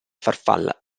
farfalla